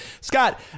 Scott